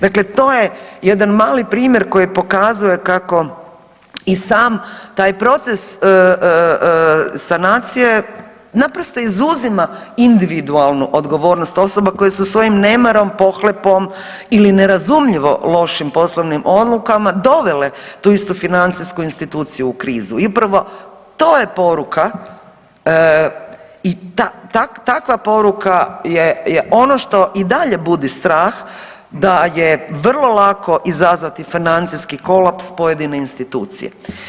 Dakle, to je jedan mali primjer koji pokazuje kako i sam taj proces sanacije naprosto izuzima individualnu odgovornost osoba koje su svojim nemarom, pohlepom ili nerazumljivo lošim poslovnim odlukama dovele tu istu financijsku instituciju u krizu i upravo to je poruka i takva poruka je ono što i dalje budi strah da je vrlo lako izazvati financijski kolaps pojedine institucije.